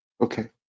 okay